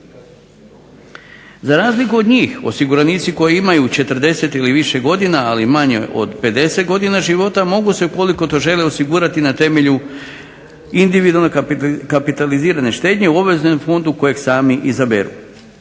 Za razliku od njih osiguranici koji imaju 40 ili više godina, ali manje od 50 godina života, mogu se ukoliko to žele na temelju individualne kapitalizirane štednje u obaveznom fondu kojeg sami izaberu.